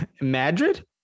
Madrid